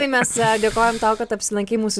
tai mes dėkojam tau kad apsilankei mūsų